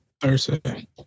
Thursday